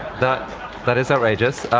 that that is outrageous.